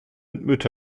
mit